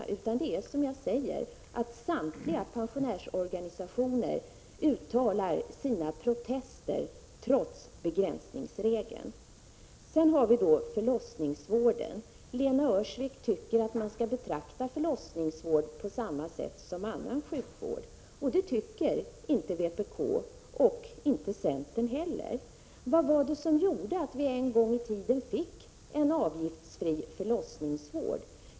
Det är i stället som jag sade, att samtliga pensionärsorganisationer har uttalat sina protester, trots begränsningsregeln. Sedan till frågan om förlossningsvården. Lena Öhrsvik tycker att man skall betrakta förlossningsvård på samma sätt som annan sjukvård. Det tycker inte vpk och inte heller centern. Vad var det som gjorde att vi en gång i tiden fick en avgiftsfri förlossningsvård?